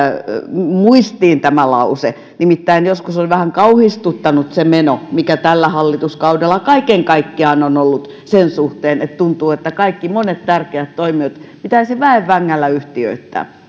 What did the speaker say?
muistiin nimittäin joskus on vähän kauhistuttanut se meno mikä tällä hallituskaudella kaiken kaikkiaan on ollut sen suhteen että tuntuu että monet tärkeät toimijat pitäisi väen vängällä yhtiöittää